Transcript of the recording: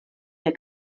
der